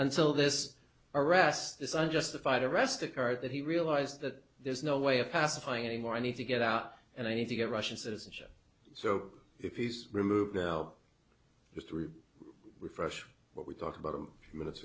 until this arrest this unjustified arrest occurred that he realized that there's no way of pacifying anymore i need to get out and i need to get russian citizenship so if he's removed through refresh what we talked about him minutes